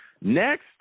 Next